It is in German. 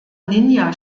ninja